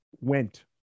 went